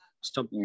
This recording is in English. stop